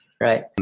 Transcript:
Right